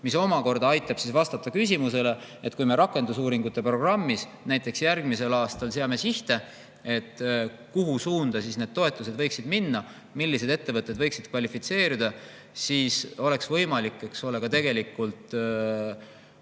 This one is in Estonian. mis omakorda aitaks vastata küsimusele – kui me rakendusuuringute programmis näiteks järgmisel aastal seame sihte –, kuhu suunda need toetused võiksid minna, millised ettevõtted võiksid kvalifitseeruda. Siis oleks võimalik, eks ole, ka teaduspõhiselt